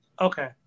Okay